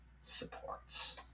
supports